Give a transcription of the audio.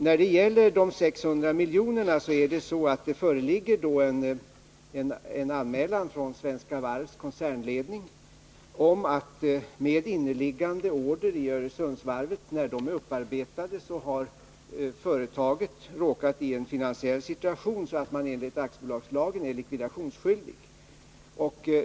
När det gäller de 600 milj.kr. föreligger det en anmälan från Svenska Varvs koncernledning om att företaget, när inneliggande order i Öresundsvarvet är upparbetade, har råkat i en sådan finansiell situation att det enligt aktiebolagslagen är likvidationsskyldigt.